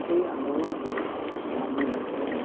এই আন্দোলনটোত আমি